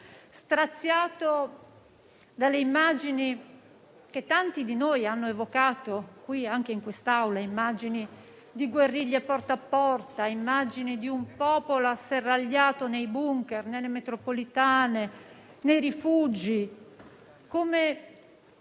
straziato dalle immagini che tanti di noi hanno evocato anche in quest'Aula, immagini di guerriglia porta a porta e di un popolo asserragliato nei *bunker*, nelle metropolitane o nei rifugi,